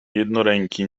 jednoręki